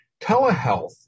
Telehealth